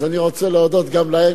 אז אני רוצה להודות גם להן,